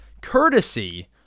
courtesy